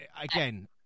again